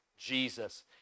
Jesus